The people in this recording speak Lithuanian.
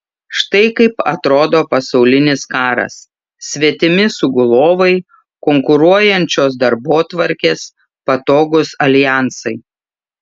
štai kaip atrodo pasaulinis karas svetimi sugulovai konkuruojančios darbotvarkės patogūs aljansai